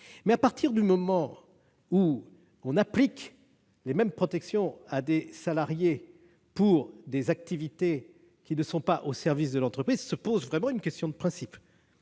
Mais à partir du moment où l'on applique les mêmes protections à des salariés qui exercent des activités qui ne sont pas au service de l'entreprise, se pose vraiment une question de principe.